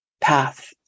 path